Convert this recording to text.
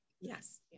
Yes